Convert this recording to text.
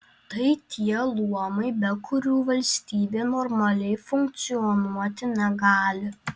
tai tie luomai be kurių valstybė normaliai funkcionuoti negali